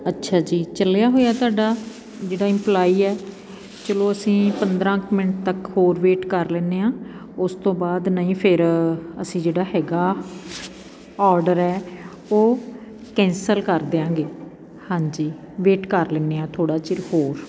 ਅੱਛਾ ਜੀ ਚੱਲਿਆ ਹੋਇਆ ਤੁਹਾਡਾ ਜਿਹੜਾ ਇਪਲਾਈ ਹੈ ਚਲੋ ਅਸੀਂ ਪੰਦਰਾਂ ਕੁ ਮਿੰਟ ਤੱਕ ਹੋਰ ਵੇਟ ਕਰ ਲੈਂਦੇ ਹਾਂ ਉਸ ਤੋਂ ਬਾਅਦ ਨਹੀਂ ਫਿਰ ਅਸੀਂ ਜਿਹੜਾ ਹੈਗਾ ਔਡਰ ਹੈ ਉਹ ਕੈਂਸਲ ਕਰ ਦਿਆਂਗੇ ਹਾਂਜੀ ਵੇਟ ਕਰ ਲੈਂਦੇ ਹਾਂ ਥੋੜ੍ਹਾ ਚਿਰ ਹੋਰ